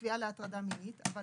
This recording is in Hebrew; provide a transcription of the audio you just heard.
בתביעה להטרדה מינית, אבל